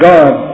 God